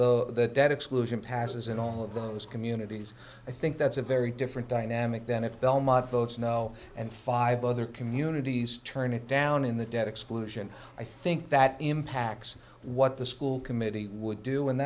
of the debt exclusion passes in all of those communities i think that's a very different dynamic than if belmont votes now and five other communities turn it down in the debt exclusion i think that impacts what the school committee would do and